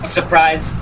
Surprise